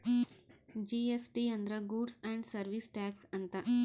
GST ಅಂದ್ರ goods and service tax ಅಂತ